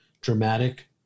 dramatic